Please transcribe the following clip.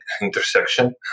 intersection